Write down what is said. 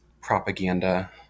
propaganda